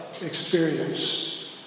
experience